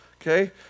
okay